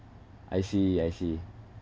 I see I see